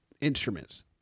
instruments